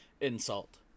insult